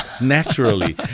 naturally